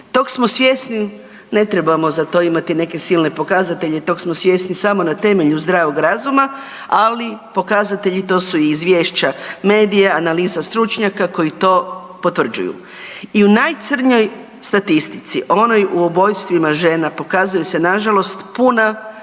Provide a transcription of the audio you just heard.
Tog smo svjesni, ne trebamo za to imati neke silne pokazatelje, tog smo svjesni samo na temelju zdravog razuma, ali pokazatelji to su i izvješća medija, analiza stručnjaka koji to potvrđuju. I u najcrnjoj statistici, onoj u ubojstvima žena pokazuje se nažalost puna